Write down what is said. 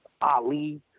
Ali